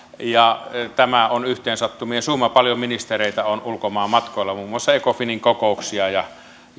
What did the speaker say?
tämä on yhteensattumien summa paljon ministereitä on ulkomaanmatkoilla on muun muassa ecofinin kokouksia